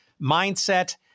mindset